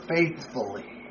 Faithfully